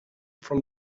from